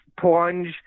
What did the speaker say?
plunge